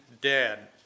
dead